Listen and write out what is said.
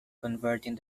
converting